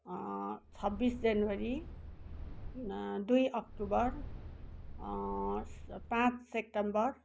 छब्बिस जनवरी दुई अक्टोबर पाँच सेप्टेम्बर